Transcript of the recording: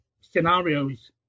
scenarios